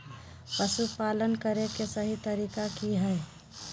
पशुपालन करें के सही तरीका की हय?